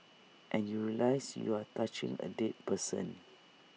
and you realise you are touching A dead person